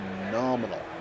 phenomenal